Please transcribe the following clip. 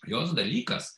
jos dalykas